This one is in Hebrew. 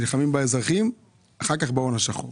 נלחמים באזרחים ואחר כך בהון השחור,